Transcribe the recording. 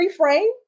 reframe